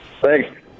Thanks